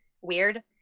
weird